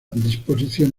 disposición